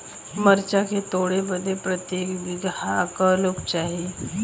मरचा के तोड़ बदे प्रत्येक बिगहा क लोग चाहिए?